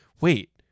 wait